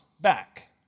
back